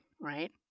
Right